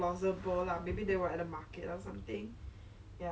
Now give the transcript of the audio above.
but I heard a lot of scary stories about the toilets there